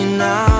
now